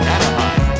Anaheim